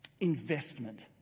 investment